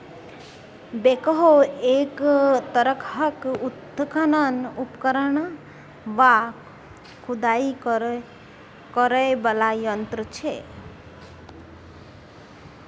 backhoe एक तरहक उत्खनन उपकरण वा खुदाई करय बला यंत्र छै